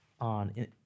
on